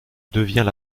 devient